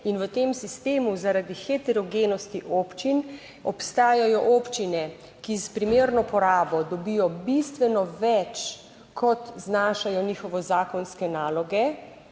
in v tem sistemu zaradi heterogenosti občin obstajajo občine, ki s primerno porabo dobijo bistveno več kot znašajo njihove zakonske naloge,